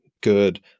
good